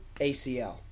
ACL